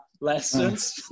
lessons